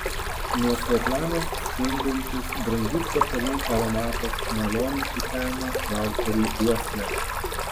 nuo svetlanos sklindantis brangių kvepalų aromatas maloniai kuteno valteriui uoslę